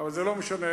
זה לא משנה,